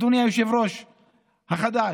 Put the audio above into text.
אדוני היושב-ראש החדש.